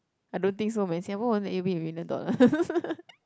I don't think so man Singapore won't let you win a million dollar